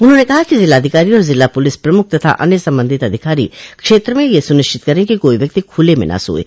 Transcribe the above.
उन्होंने कहा कि जिलाधिकारी और जिला पुलिस प्रमुख तथा अन्य संबंधित अधिकारी क्षेत्र में यह सुनिश्चित करे कि कोई व्यक्ति खुले में न सोये